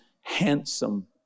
handsome